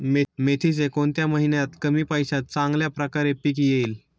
मेथीचे कोणत्या महिन्यात कमी पैशात चांगल्या प्रकारे पीक येईल?